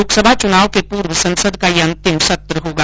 लोक सभा चुनाव के पूर्व संसद का यह अंतिम सत्र होगा